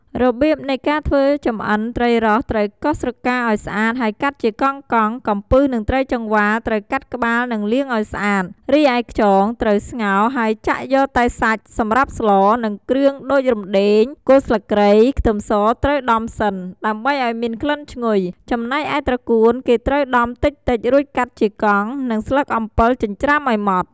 របៀបនៃការធ្វើចម្អិន ត្រីរ៉ស់ត្រូវកោសស្រកាឱ្យស្អាតហើយកាត់ជាកង់ៗ កំពឹសនិងត្រីចង្វាត្រូវកាត់ក្បាលនិងលាងឱ្យស្អាត រីឯខ្យងត្រូវស្ងោរហើយចាក់យកតែសាច់សម្រាប់ស្ល និងគ្រឿងដូចរំដេង គល់ស្លឹកគ្រៃ ខ្ទឹមសត្រូវដំសិន ដើម្បីឱ្យមានក្លិនឈ្ងុយ ចំណែកឯត្រកួនគេត្រូវដំតិចៗរួចកាត់ជាកង់ និងស្លឹកអំពិលចិញ្រ្ចាំឱ្យម៉ដ្ឋ។